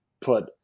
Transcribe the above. put